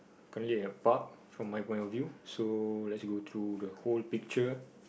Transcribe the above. currently a park from my point of view so let's go through the whole picture